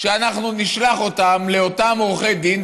שאנחנו נשלח אותם לאותם עורכי דין,